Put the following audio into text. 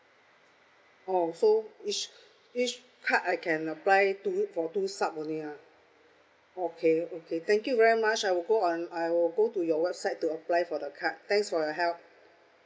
oh so each each card I can apply two for two sub only lah okay okay thank you very much I will go on I will go to your website to apply for the card thanks for your help